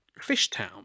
fishtown